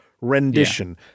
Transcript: rendition